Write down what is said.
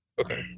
Okay